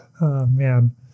man